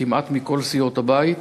כמעט מכל סיעות הבית,